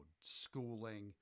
Schooling